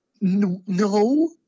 No